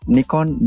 Nikon